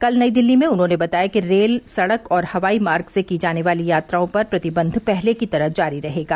कल नई दिल्ली में उन्होंने बताया कि रेल सडक और हवाई मार्ग से की जाने वाली यात्राओं पर प्रतिबन्ध पहले की तरह जारी रहेगा